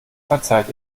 verzeiht